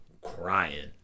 crying